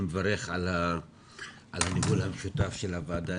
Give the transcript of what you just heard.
אני מברך על הדיון המשותף של הוועדה.